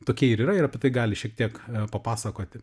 tokie ir yra ir apie tai gali šiek tiek papasakoti